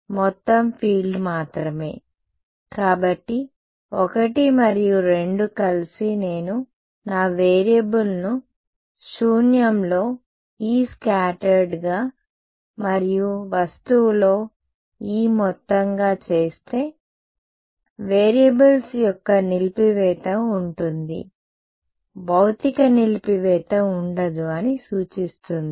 మొత్తం ఫీల్డ్ మాత్రమే కాబట్టి I మరియు II కలిసి నేను నా వేరియబుల్ను శూన్యంలో E స్కాటర్డ్ గా మరియు వస్తువులో E మొత్తంగా చేస్తే వేరియబుల్స్ యొక్క నిలిపివేత ఉంటుంది భౌతిక నిలిపివేత ఉండదు అని సూచిస్తుంది